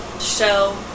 show